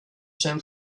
zen